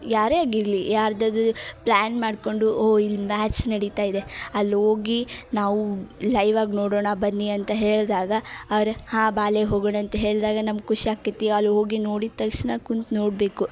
ಯಾರೇ ಆಗಿರಲಿ ಯಾರದದು ಪ್ಲ್ಯಾನ್ ಮಾಡಿಕೊಂಡು ಓ ಇಲ್ಲಿ ಮ್ಯಾಚ್ ನಡಿತಾ ಇದೆ ಅಲ್ಲಿ ಹೋಗಿ ನಾವು ಲೈವ್ ಆಗಿ ನೋಡೋಣ ಬನ್ನಿ ಅಂತ ಹೇಳಿದಾಗ ಅವರು ಹಾಂ ಬಾರೇ ಹೋಗೋಣ ಅಂತ ಹೇಳಿದಾಗ ನಮ್ಗೆ ಖುಷಿ ಆಕ್ತೈತಿ ಅಲ್ಲಿ ಹೋಗಿ ನೋಡಿದ ತಕ್ಷಣ ಕುಂತು ನೋಡಬೇಕು